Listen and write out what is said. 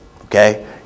okay